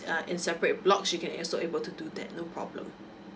uh in separate block she can also able to do that no problem